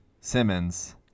Simmons